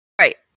Right